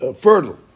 fertile